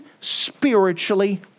spiritually